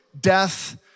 death